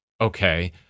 okay